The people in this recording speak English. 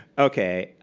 okay.